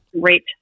great